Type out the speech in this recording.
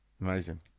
amazing